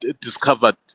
discovered